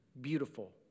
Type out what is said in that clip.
beautiful